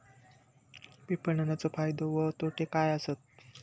विपणाचो फायदो व तोटो काय आसत?